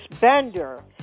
Bender